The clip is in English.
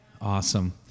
Awesome